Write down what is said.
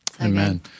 amen